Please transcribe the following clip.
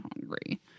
hungry